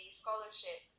scholarship